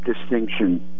distinction